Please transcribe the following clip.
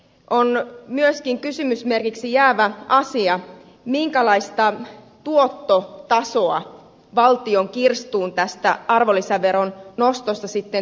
on myöskin kysymysmerkiksi jäävä asia minkälaista tuottotasoa valtion kirstuun tästä arvonlisäveron nostosta sitten tulee